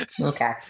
Okay